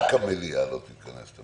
רק המליאה לא תתכנס.